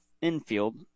infield